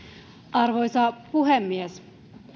arvoisa puhemies